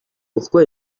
pourquoi